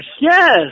Yes